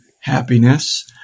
happiness